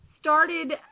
started